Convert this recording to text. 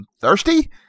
thirsty